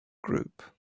group